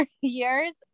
years